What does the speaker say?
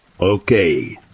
Okay